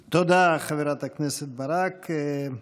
תודה, חברת הכנסת ברק.